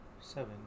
Seven